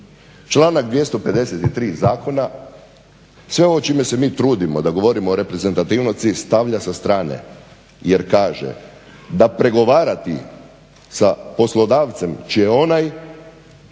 Članak 253. zakona sve ovo čime se mi trudimo da govorimo o reprezentativnosti, stavlja sa strane, jer kaže da pregovarati sa poslodavcem čiji je onaj